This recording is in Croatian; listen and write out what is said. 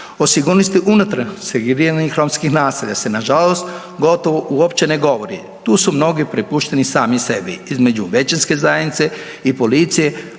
O sigurnosti unutar segregiranih romskih naselja se nažalost gotovo uopće ne govori. Tu su mnogi prepušteni sami sebi između većinske zajednice i policije